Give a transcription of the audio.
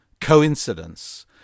coincidence